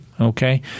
Okay